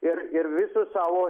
ir ir vis su savo